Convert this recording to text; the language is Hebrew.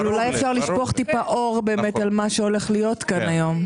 אבל אולי אפשר לשפוך טיפה אור באמת על מה שהולך להיות כאן היום.